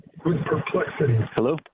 Hello